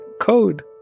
code